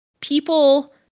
people